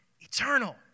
eternal